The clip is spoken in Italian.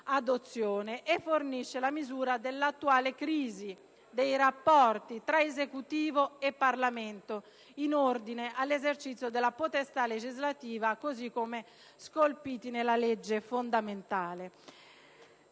e fornisce la misura dell'attuale crisi dei rapporti tra Esecutivo e Parlamento in ordine all'esercizio della potestà legislativa, così come scolpiti nella legge fondamentale.